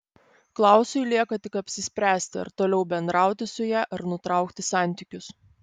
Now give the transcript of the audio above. klausui lieka tik apsispręsti ar toliau bendrauti su ja ar nutraukti santykius